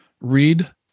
read